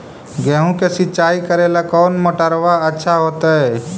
गेहुआ के सिंचाई करेला कौन मोटरबा अच्छा होतई?